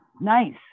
nice